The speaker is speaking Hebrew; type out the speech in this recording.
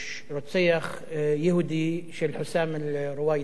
רוצח יהודי של חוסאם רוואדי,